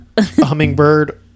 Hummingbird